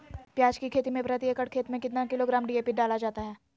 प्याज की खेती में प्रति एकड़ खेत में कितना किलोग्राम डी.ए.पी डाला जाता है?